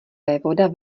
vévoda